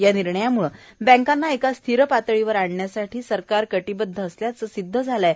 या निर्णयाम्ळं बँकांना एका स्थिर पातळीवर नेण्यासाठी सरकार कटीबद्ध असल्याचं सीदध झालं आहे